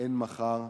אין מחר.